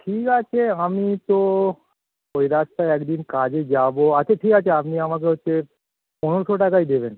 ঠিক আছে আমি তো ওই রাস্তায় এক দিন কাজে যাবো আচ্ছা ঠিক আছে আপনি আমাকে হচ্ছে পনেরোশো টাকাই দেবেন